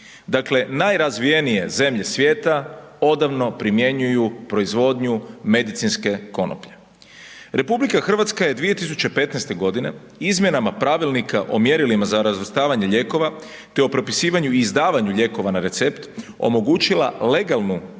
Dakle, najrazvijenije zemlje svijeta odavno primjenjuju proizvodnju medicinske konoplje. RH je 2015. g. izmjenama Pravilnika o mjerilima za razvrstavanje lijekova te o propisivanju i izdavanju lijekova na recept omogućila legalnu primjenu